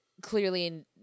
clearly